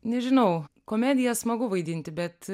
nežinau komediją smagu vaidinti bet